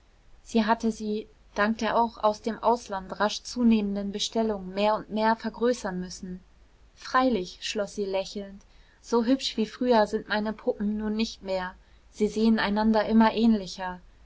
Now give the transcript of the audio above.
sie hatte sie dank der auch aus dem ausland rasch zunehmenden bestellungen mehr und mehr vergrößern müssen freilich schloß sie lächelnd so hübsch wie früher sind meine puppen nun nicht mehr sie sehen einander immer ähnlicher